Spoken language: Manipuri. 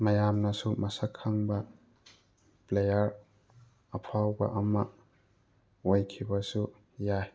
ꯃꯌꯥꯝꯅꯁꯨ ꯃꯁꯛ ꯈꯪꯕ ꯄ꯭ꯂꯦꯌꯥꯔ ꯑꯐꯥꯎꯕ ꯑꯃ ꯑꯣꯏꯈꯤꯕꯁꯨ ꯌꯥꯏ